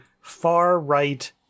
far-right